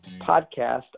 podcast